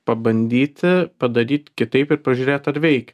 pabandyti padaryt kitaip ir pažiūrėt ar veikia